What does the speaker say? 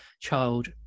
child